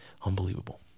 Unbelievable